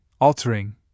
altering